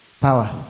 power